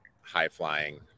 high-flying